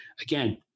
Again